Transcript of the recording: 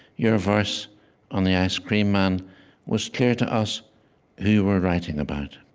your voice on the ice-cream man was clear to us who you were writing about.